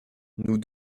nous